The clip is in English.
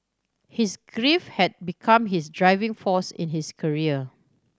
his grief had become his driving force in his career